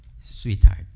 sweetheart